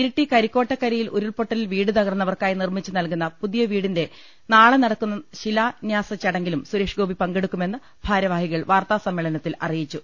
ഇരിട്ടി കരിക്കോട്ടക്കരിയിൽ ഉരുൾപൊട്ടലിൽ വീട് തകർന്നവർക്കായി നിർമ്മിച്ച് നൽകുന്ന പുതിയ വീടിന്റെ നാളെ വൈകിട്ട് നടക്കുന്ന ശിലാന്യാസ ചട ങ്ങിലും സുരേഷ് ഗോപി പങ്കെടുക്കുമെന്ന് ഭാരവാഹികൾ വാർത്താ സമ്മേളനത്തിൽ അറിയിച്ചു